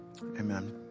amen